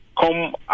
come